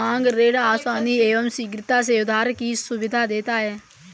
मांग ऋण आसानी एवं शीघ्रता से उधार की सुविधा देता है